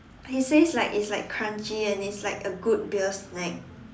he says like it's like crunchy and it's like a good beer snack